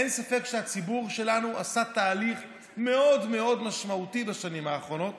אין ספק שהציבור שלנו עשה תהליך מאוד מאוד משמעותי בשנים האחרונות